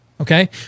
okay